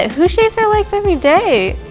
ah who shaves their legs everyday?